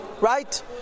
right